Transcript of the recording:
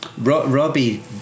Robbie